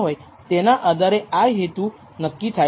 તો શું આ ધારણાઓ ખરેખર માન્ય છે